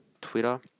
Twitter